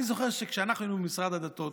אני זוכר שכשאנחנו היינו במשרד הדתות,